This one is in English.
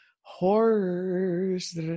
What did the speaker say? horrors